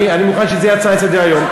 אני מוכן שזה יהיה הצעה לסדר-היום.